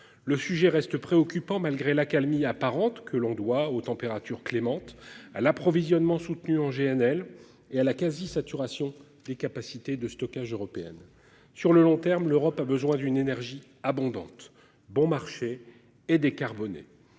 Le sujet reste préoccupant malgré l'accalmie apparente que l'on doit aux températures clémentes à l'approvisionnement soutenu en GNL et à la quasi saturation des capacités de stockage européenne sur le long terme. L'Europe a besoin d'une énergie abondante, bon marché et décarboner